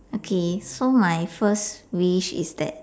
okay so my first wish is that